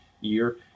year